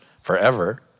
forever